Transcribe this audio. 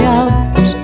out